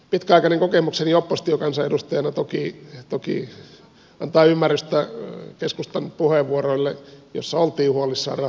pitkäaikainen kokemukseni oppositiokansanedustajana toki antaa ymmärrystä keskustan puheenvuoroille joissa oltiin huolissaan rahojen riittävyydestä